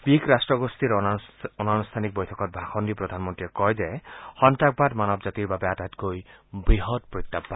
BRICS ৰাষ্টগোষ্ঠীৰ অনানুষ্ঠানিক বৈঠকত ভাষণ দি প্ৰধানমন্ত্ৰীয়ে কয় যে সন্তাসবাদ মানৱ জাতিৰ বাবে আটাইতকৈ বৃহৎ প্ৰত্যাহ্বান